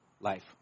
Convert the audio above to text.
life